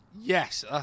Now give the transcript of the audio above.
Yes